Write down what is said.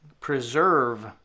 preserve